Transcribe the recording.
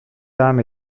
devam